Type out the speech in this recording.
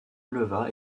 leva